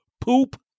Poop